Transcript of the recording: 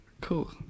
cool